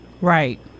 right